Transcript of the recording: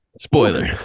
spoiler